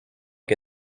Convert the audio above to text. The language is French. que